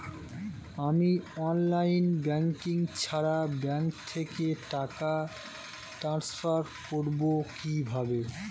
আমি online banking ছাড়া bank থেকে টাকা ট্রান্সফার করবো কিভাবে?